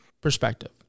perspective